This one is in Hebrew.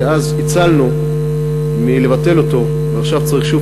שאז הצלנו מלבטל אותו ועכשיו צריך שוב